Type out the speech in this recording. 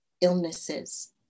illnesses